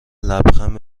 لبخند